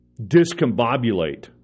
discombobulate